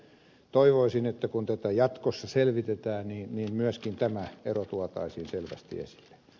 toivoisin että kun tätä jatkossa selvitetään niin myöskin tämä ero tuotaisiin selvästi esille